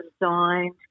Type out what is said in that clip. designed